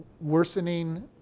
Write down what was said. worsening